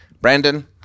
brandon